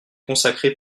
consacré